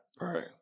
Right